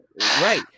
right